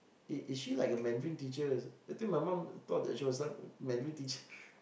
is is she like a mandarin teacher I think my mom thought that she was some mandarin teacher